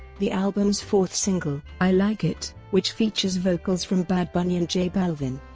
the album's fourth single, i like it, which features vocals from bad bunny and j balvin,